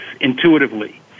intuitively